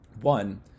One